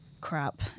crap